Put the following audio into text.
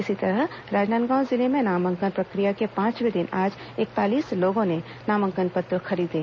इसी तरह राजनांदगांव जिले में नामांकन प्रक्रिया के पांचवें दिन आज इकतालीस लोगों ने नामांकन पत्र खरीदे